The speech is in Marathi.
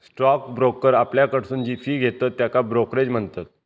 स्टॉक ब्रोकर आपल्याकडसून जी फी घेतत त्येका ब्रोकरेज म्हणतत